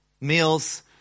meals